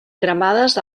cremades